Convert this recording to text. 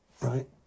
right